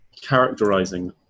characterizing